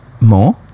more